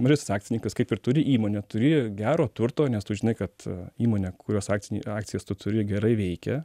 mažasis akcininkas kaip ir turi įmonę turi gero turto nes tu žinai kad įmonė kurios akcinį akcijas tu turi gerai veikia